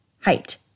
Height